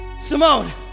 Simone